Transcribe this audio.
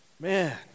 man